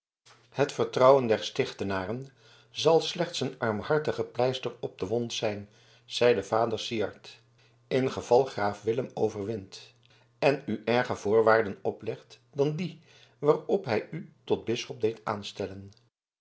het vertrouwen der stichtenaren zal slechts een armhartige pleister op de wond zijn zeide vader syard ingeval graaf willem overwint en u erger voorwaarden oplegt dan die waarop hij u tot bisschop deed aanstellen